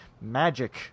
magic